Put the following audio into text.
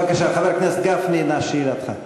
בבקשה, חבר הכנסת גפני, נא שאלתך.